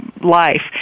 life